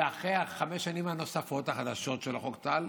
ואחרי חמש השנים הנוספות החדשות של חוק טל,